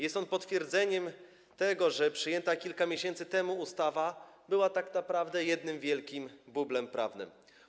Jest on potwierdzeniem tego, że przyjęta kilka miesięcy temu ustawa była tak naprawdę jednym wielkim bublem prawnym.